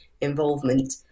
involvement